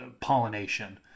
pollination